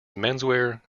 menswear